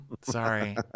Sorry